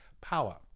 power